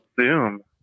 Zoom